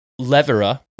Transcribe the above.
Levera